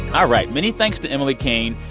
all right. many thanks to emily king.